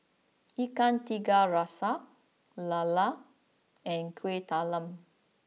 Ikan Tiga Rasa Lala and Kueh Talam